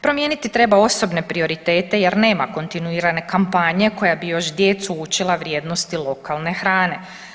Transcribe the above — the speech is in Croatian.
Promijeniti treba osobne prioritete jer nema kontinuirane kampanje koja bi još djecu učila vrijednosti lokalne hrane.